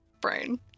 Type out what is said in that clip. Brain